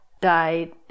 died